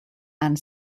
and